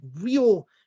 real